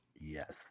Yes